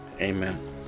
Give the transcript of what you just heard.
Amen